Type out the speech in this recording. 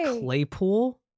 claypool